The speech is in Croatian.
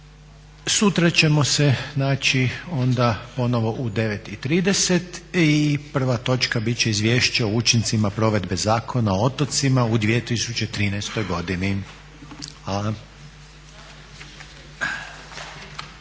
Sutra ćemo se naći onda ponovo u 9,30 i prva točka bit će Izvješće o učincima provedbe Zakona o otocima u 2013.godini. Hvala.